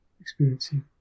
experiencing